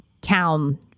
town